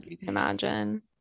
imagine